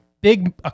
Big